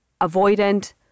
Avoidant